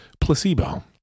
placebo